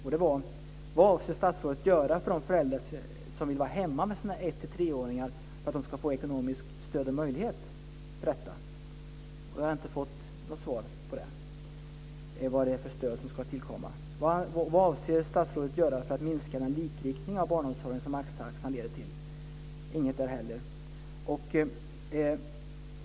Vad avser statsrådet att göra för att ge de föräldrar som vill vara hemma med sina 1-3-åringar ekonomiskt stöd? Jag har inte fått något svar på vilket stöd som ska tillkomma. Vad avser statsrådet att göra för att minska den likriktning på barnomsorgen som maxtaxan leder till? Inget svar där heller.